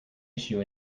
issue